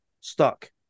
stuck